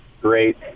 Great